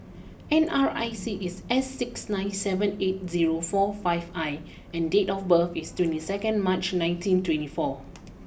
N R I C is S six nine seven eight zero four five I and date of birth is twenty second March nineteen twenty four